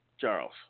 Charles